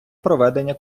проведення